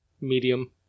Medium